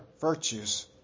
virtues